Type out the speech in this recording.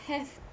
have